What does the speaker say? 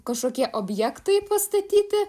kažkokie objektai pastatyti